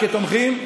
אתם כתומכים?